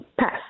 Pass